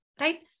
right